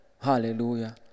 Hallelujah